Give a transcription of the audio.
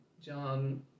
John